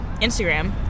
Instagram